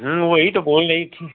वही तो बोल रही थी